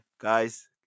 Guys